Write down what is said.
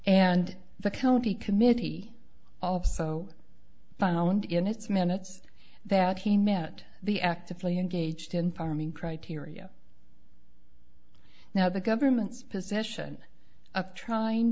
and the county committee also found in its minutes that he met the actively engaged in farming criteria now the government's position of trying